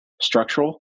structural